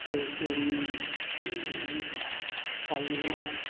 तोसुळी हालवा